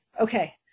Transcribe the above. Okay